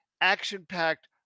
action-packed